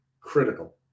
critical